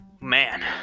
man